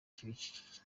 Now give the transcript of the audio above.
bikikije